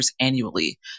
annually